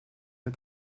met